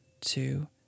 two